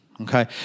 Okay